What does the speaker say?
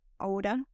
older